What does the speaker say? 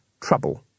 trouble